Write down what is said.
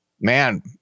Man